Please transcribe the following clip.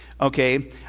okay